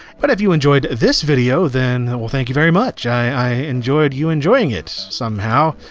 but if you enjoyed this video, then, well, thank you very much! i enjoyed you enjoying it, somehow.